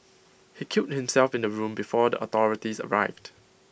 he killed himself in the room before the authorities arrived